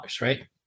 right